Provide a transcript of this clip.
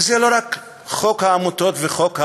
וזה לא רק חוק העמותות וחוק ההדחה,